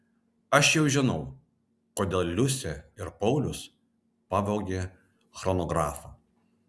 aš jau žinau kodėl liusė ir paulius pavogė chronografą